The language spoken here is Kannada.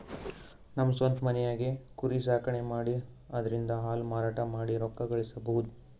ನಮ್ ಸ್ವಂತ್ ಮನ್ಯಾಗೆ ಕುರಿ ಸಾಕಾಣಿಕೆ ಮಾಡಿ ಅದ್ರಿಂದಾ ಹಾಲ್ ಮಾರಾಟ ಮಾಡಿ ರೊಕ್ಕ ಗಳಸಬಹುದ್